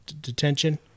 Detention